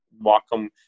welcome